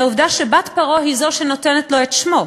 העובדה שבת פרעה היא שנותנת לו את שמו,